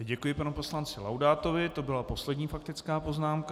Děkuji panu poslanci Laudátovi, to byla zatím poslední faktická poznámka.